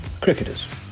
Cricketers